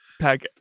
Pack